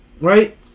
Right